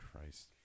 Christ